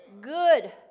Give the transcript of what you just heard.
good